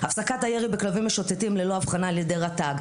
הפסקת הירי בכלבים משוטטים ללא הבחנה על ידי רט"ג,